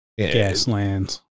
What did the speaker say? Gaslands